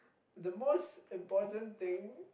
the most important thing